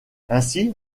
ainsi